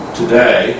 today